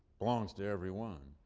belongs to everyone.